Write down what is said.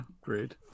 Great